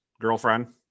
girlfriend